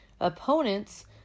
Opponents